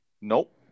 Nope